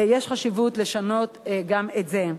יש חשיבות לשנות גם את זה.